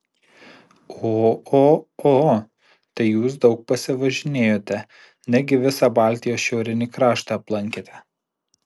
o o o tai jūs daug pasivažinėjote negi visą baltijos šiaurinį kraštą aplankėte